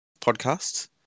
podcast